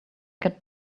get